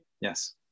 Yes